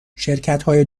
شرکتهای